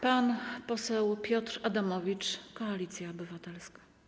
Pan poseł Piotr Adamowicz, Koalicja Obywatelska.